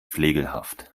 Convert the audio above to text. flegelhaft